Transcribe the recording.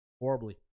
horribly